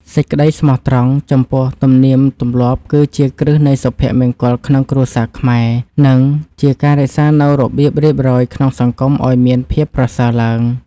សេចក្តីស្មោះត្រង់ចំពោះទំនៀមទម្លាប់គឺជាគ្រឹះនៃសុភមង្គលក្នុងគ្រួសារខ្មែរ និង ជាការរក្សានូវរបៀបរៀបរយក្នុងសង្គមឱ្យមានភាពប្រសើរឡើង។